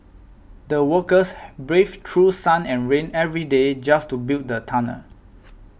the workers braved through sun and rain every day just to build the tunnel